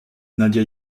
nadia